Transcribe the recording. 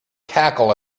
cackle